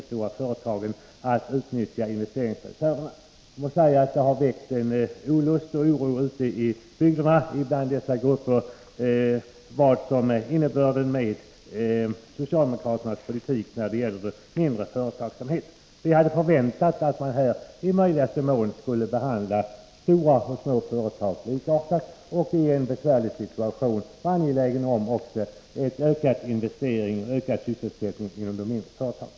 Avser regeringen att i höst föreslå riksdagen en miniproms som väsentligt skulle drabba bl.a. stora grupper pensionärer och jordbrukare samt vidare anställda som arbetar i företag med vinstandelssystem? 2. Instämmer finansministern i den nämnda departementspromemorians slutsats, att 20 procentenheter av socialförsäkringsavgifterna är att betrakta som en ren skatt?